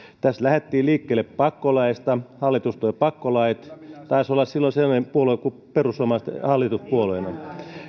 tässä lähdettiin liikkeelle pakkolaeista hallitus toi pakkolait taisi olla silloin sellainen puolue kuin perussuomalaiset hallituspuolueena